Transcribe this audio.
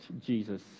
Jesus